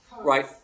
right